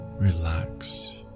Relax